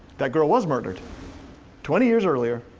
that girl was murdered twenty years earlier,